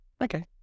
okay